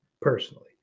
personally